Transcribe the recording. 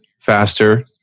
faster